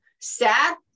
Sad